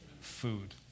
food